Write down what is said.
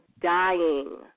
dying